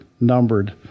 numbered